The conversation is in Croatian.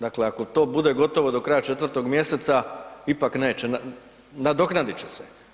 Dakle, ako to bude gotovo do kraja 4. mjeseca ipak neće, nadoknadit će se.